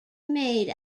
made